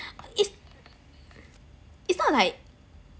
it~ it's not like